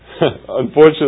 Unfortunately